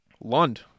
Lund